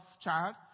child